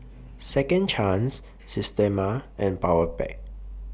Second Chance Systema and Powerpac